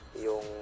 Yung